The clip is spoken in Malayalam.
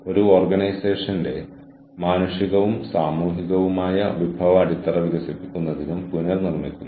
മുതിർന്ന ആളുകൾ ഒത്തുചേരുന്നു അവരുടെ ആവശ്യങ്ങൾ പ്രകടിപ്പിക്കുന്നു ആ ആവശ്യങ്ങൾ നിറവേറ്റപ്പെടുന്നു